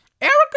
Erica